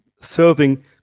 serving